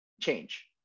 change